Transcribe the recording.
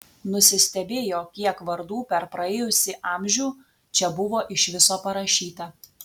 nusistebėjo kiek vardų per praėjusį amžių čia buvo iš viso parašyta